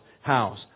house